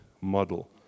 model